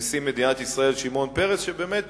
נשיא מדינת ישראל שמעון פרס, שבאמת